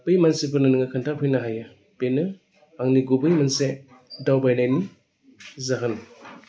बै मानसिफोरनो नोङो खोन्थाफैनो हायो बेनो आंनि गुबै मोनसे दावबायनायनि जाहोन